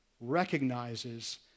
recognizes